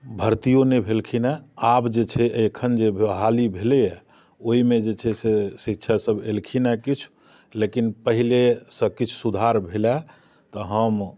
भर्तियो नहि भेलखिन हेँ आब जे छै एखन जे बहाली भेलैए ओहिमे जे छै से शिक्षकसभ एलखिन हेँ किछु लेकिन पहिलेसँ किछु सुधार भेलए तऽ हम